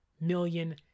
million